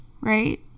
right